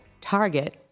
Target